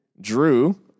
drew